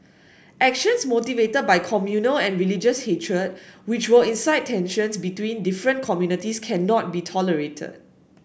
actions motivated by communal and religious hatred which will incite tensions between different communities cannot be tolerated